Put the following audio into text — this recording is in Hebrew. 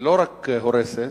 היא לא רק הורסת,